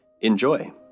Enjoy